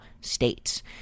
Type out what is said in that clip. states